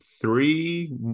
three